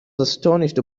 astonished